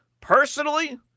Personally